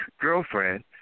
girlfriend